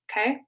okay